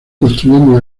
construyendo